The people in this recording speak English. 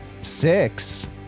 Six